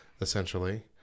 essentially